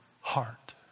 heart